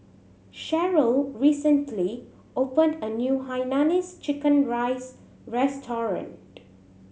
Sheryll recently opened a new hainanese chicken rice restaurant